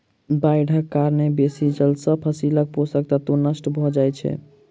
बाइढ़क कारणेँ बेसी जल सॅ फसीलक पोषक तत्व नष्ट भअ जाइत अछि